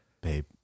babe